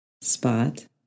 spot